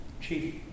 chief